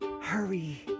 hurry